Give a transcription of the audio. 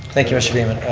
thank you mr. beaman.